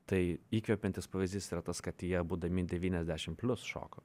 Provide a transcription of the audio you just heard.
tai įkvepiantis pavyzdys yra tas kad jie būdami devyniasdešim plius šoko